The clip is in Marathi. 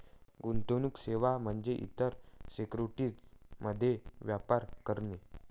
गुंतवणूक सेवा म्हणजे इतर सिक्युरिटीज मध्ये व्यापार करणे